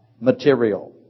material